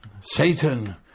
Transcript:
Satan